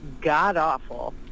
god-awful